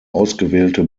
ausgewählte